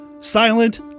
Silent